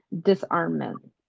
disarmament